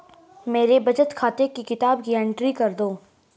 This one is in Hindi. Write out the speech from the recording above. मेरे बचत खाते की किताब की एंट्री कर दो?